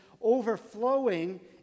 overflowing